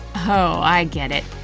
oh, i get it.